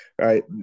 right